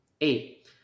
Eight